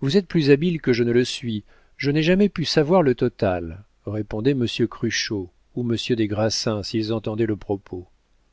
vous êtes plus habile que je ne le suis je n'ai jamais pu savoir le total répondaient monsieur cruchot ou monsieur des grassins s'ils entendaient le propos